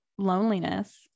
loneliness